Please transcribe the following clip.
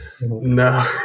no